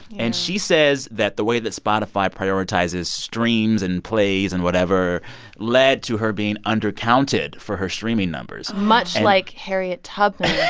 and she says that the way that spotify prioritizes streams and plays and whatever led to her being undercounted for her streaming numbers and. much like harriet tubman. yeah